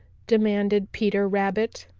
demanded peter rabbit.